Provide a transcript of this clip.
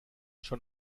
schon